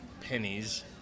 pennies